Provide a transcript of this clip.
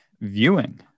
viewing